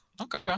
Okay